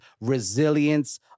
resilience